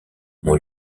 mon